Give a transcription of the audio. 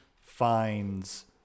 finds